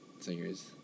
singers